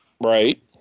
Right